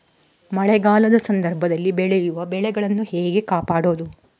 ಮಳೆಗಾಲದ ಸಂದರ್ಭದಲ್ಲಿ ಬೆಳೆಯುವ ಬೆಳೆಗಳನ್ನು ಹೇಗೆ ಕಾಪಾಡೋದು?